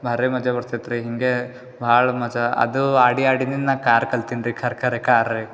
ಭಾರಿ ಮಜಾ ಬರ್ತಿತ್ತು ರೀ ಹಿಂಗೆ ಭಾಳ ಮಜಾ ಅದು ಆಡಿ ಆಡಿಯೇ ನಾ ಕಾರ್ ಕಲ್ತೀನಿ ರೀ ಖರೆಖರೆ ಕಾರ್ ರೀ